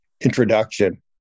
introduction